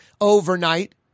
overnight